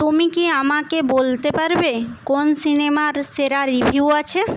তুমি কি আমাকে বলতে পারবে কোন সিনেমার সেরা রিভিউ আছে